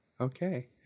okay